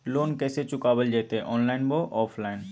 Loan कैसे चुकाबल जयते ऑनलाइन बोया ऑफलाइन?